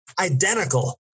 Identical